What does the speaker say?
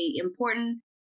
important